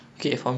ya